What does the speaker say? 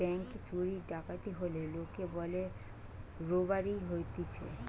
ব্যাংকে চুরি ডাকাতি হলে লোকে বলে রোবারি হতিছে